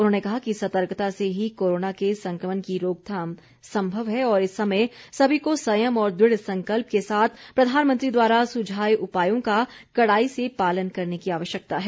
उन्होंने कहा कि सतर्कता से ही कोरोना के संक्रमण की रोकथाम संभव है और इस समय सभी को संयम और दृढ़ संकल्प के साथ प्रधानमंत्री द्वारा सुझाए उपायों का कड़ाई से पालन करने की आवश्यकता है